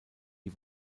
die